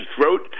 throat